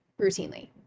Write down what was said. routinely